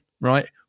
right